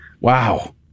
Wow